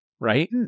right